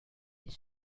est